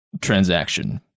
Transaction